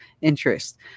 interest